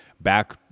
back